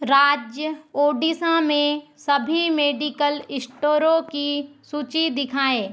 राज्य ओडिशा में सभी मेडिकल स्टोरों की सूची दिखाएँ